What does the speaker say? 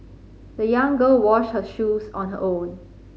the young girl washed her shoes on her own